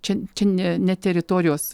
čia čia ne ne teritorijos